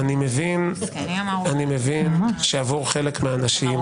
אני מבין שעבור חלק מהאנשים כל